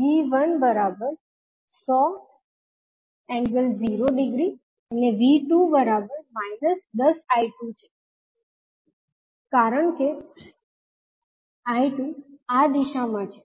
𝐕1 100∠0 ° અને 𝐕2 −10𝐈2 છે કારણ કે 𝐈2 આ દિશામાં છે